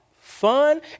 fun